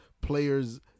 players